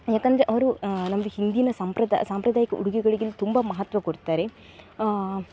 ಯಾಕಂದರೆ ಅವರು ನಮ್ಮದು ಹಿಂದಿನ ಸಂಪ್ರದಾಯ ಸಾಂಪ್ರದಾಯಿಕ ಉಡುಗೆಗಳಿಗಿಲ್ಲಿ ತುಂಬ ಮಹತ್ವ ಕೊಡ್ತಾರೆ